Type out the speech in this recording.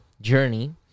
journey